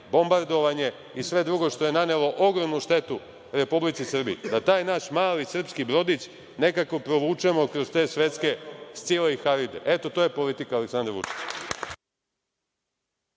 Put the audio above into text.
bombardovanje i sve drugo što je nanelo ogromnu štetu Republici Srbiji, da taj naš mali srpski brodić nekako provučemo kroz te svetske Scile i Haribde. Eto, to je politika Aleksandra Vučića.